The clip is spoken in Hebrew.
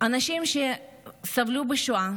אנשים שסבלו בשואה,